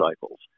cycles